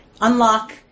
unlock